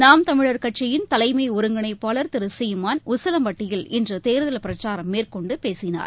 நாம் தமிழர் கட்சின் தலைமை ஒருங்கிணைப்பாளர் திரு சீமான் உசிலம்பட்டியில் இன்று தேர்தல் பிரச்சாரம் மேற்கொண்டு பேசினார்